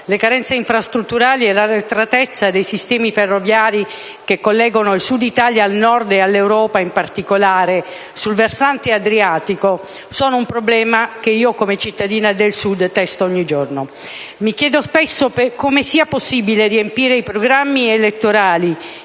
le carenze infrastrutturali e l'arretratezza dei sistemi ferroviari che collegano il Sud d'Italia al Nord e all'Europa, in particolare sul versante adriatico, sono un problema che io, come cittadina del Sud, testo ogni giorno. Mi chiedo spesso come sia possibile riempire i programmi elettorali